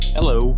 Hello